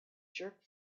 jerk